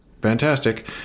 fantastic